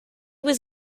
was